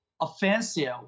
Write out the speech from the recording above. offensive